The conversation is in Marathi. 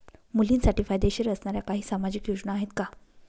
मुलींसाठी फायदेशीर असणाऱ्या काही सामाजिक योजना आहेत का?